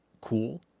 cool